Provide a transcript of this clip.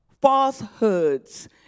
falsehoods